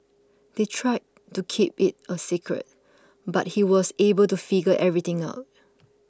they tried to keep it a secret but he was able to figure everything out